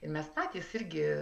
mes patys irgi na